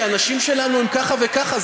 כי האנשים שלנו הם ככה וככה,